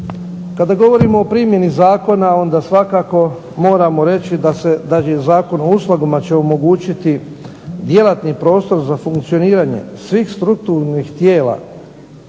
Kada govorimo o primjeni zakona onda svakako moramo reći da se, znači Zakon o uslugama će omogućiti djelatni prostor za funkcioniranje svih strukturnih tijela